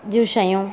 जूं शयूं